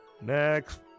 Next